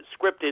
scripted